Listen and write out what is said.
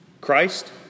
Christ